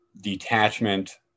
detachment